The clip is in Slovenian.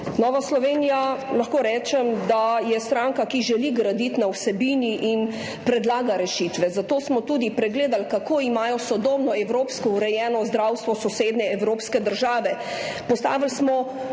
Nova Slovenija, lahko rečem, je stranka, ki želi graditi na vsebini in predlaga rešitve, zato smo tudi pregledali, kako imajo urejeno sodobno evropsko zdravstvo sosednje evropske države. Tudi mi smo